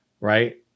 right